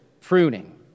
pruning